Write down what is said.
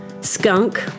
skunk